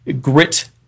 grit